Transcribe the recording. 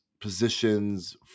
positions